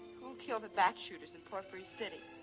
who'll kill the backshooters in palfrie city?